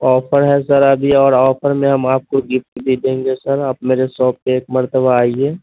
offer ہے sir ابھی اور آفر میں ہم آپ کو گفٹ بھی دیں گے سر آپ میرے شاپ پہ ایک مرتبہ آئیے